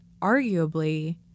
arguably